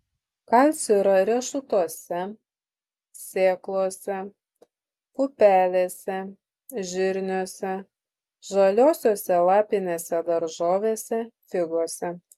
kalcio yra riešutuose sėklose pupelėse žirniuose žaliosiose lapinėse daržovėse figose